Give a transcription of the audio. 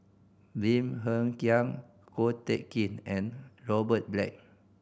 Lim Hng Kiang Ko Teck Kin and Robert Black